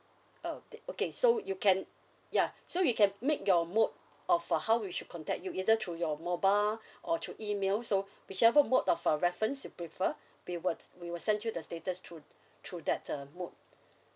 uh the okay so you can ya so we can make your mode of uh how we should contact you either through your mobile or through email so whichever mode of uh reference you prefer we will s~ we will sent you the status through through that uh mode